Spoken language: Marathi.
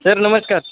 सर नमस्कार